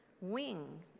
wing